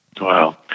Wow